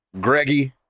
greggy